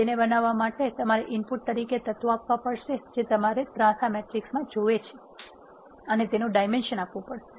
તેને બનાવવા માટે તમારે ઇનપુટ તરીકે તત્વો આપવા પડશે જે તમારે ત્રાંસા મેટ્રિક્સમાં જોવે છે અને તેનુ ડાઇમેન્શન આપવુ પડે